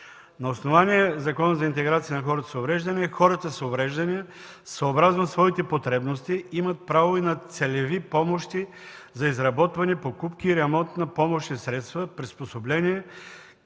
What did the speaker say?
На основание Закона за интеграция на хората с увреждания, хората с увреждания съобразно своите потребности имат право и на целеви помощи за изработване, покупки и ремонт на помощни средства, приспособления,